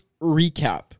recap